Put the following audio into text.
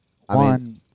one